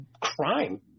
crime